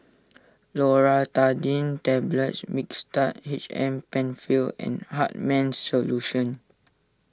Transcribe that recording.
Loratadine Tablets Mixtard H M Penfill and Hartman's Solution